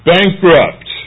Bankrupt